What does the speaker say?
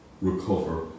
recover